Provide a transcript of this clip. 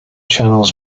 channels